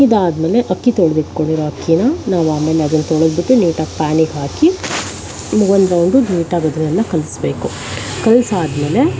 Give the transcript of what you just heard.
ಇದಾದಮೇಲೆ ಅಕ್ಕಿ ತೊಳ್ದಿಟ್ಕೊಂಡಿರೋ ಅಕ್ಕಿಯನ್ನ ನಾವಾಮೇಲದನ್ನ ತೊಳ್ದ್ಬಿಟ್ಟು ನೀಟಾಗಿ ಪ್ಯಾನಿಗೆ ಹಾಕಿ ಇನ್ನೊಂದು ರೌಂಡು ನೀಟಾಗಿ ಅದನ್ನೆಲ್ಲ ಕಲೆಸಬೇಕು ಕಲ್ಸಾದ್ಮೇಲೆ